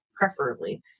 preferably